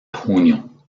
junio